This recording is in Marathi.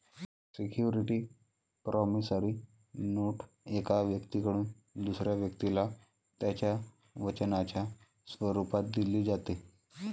सिक्युरिटी प्रॉमिसरी नोट एका व्यक्तीकडून दुसऱ्या व्यक्तीला त्याच्या वचनाच्या स्वरूपात दिली जाते